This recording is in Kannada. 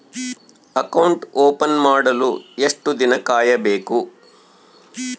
ಅಕೌಂಟ್ ಓಪನ್ ಮಾಡಲು ಎಷ್ಟು ದಿನ ಕಾಯಬೇಕು?